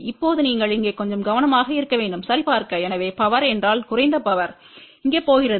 இப்போது நீங்கள் இங்கே கொஞ்சம் கவனமாக இருக்க வேண்டும்சரிபார்க்க எனவே பவர் என்றால் குறைந்த பவர் இங்கே போகிறது